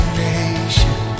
nation